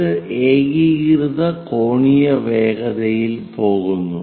ഇത് ഏകീകൃത കോണീയ വേഗതയിൽ പോകുന്നു